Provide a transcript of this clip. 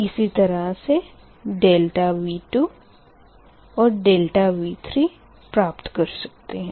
इसी तरह से ∆V2 and ∆V3 प्राप्त कर सकते है